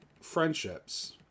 friendships